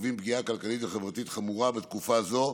שחווים פגיעה כלכלית וחברתית חמורה בתקופה זו,